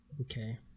Okay